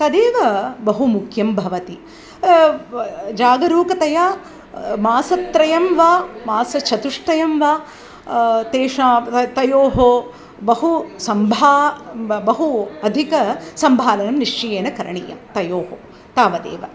तदेव बहु मुख्यं भवति जागरूकतया मासत्रयं वा मासचतुष्टयं वा तेषां तयोः बहु सम्भा ब बहु अधिक सम्भालं निश्चयेन करणीयं तयोः तावदेव